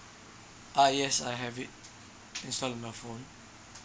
ah yes I have it installed in my phone